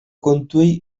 kontuei